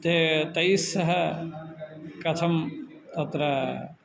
ते तैस्सह कथम् अत्र